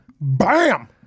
Bam